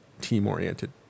team-oriented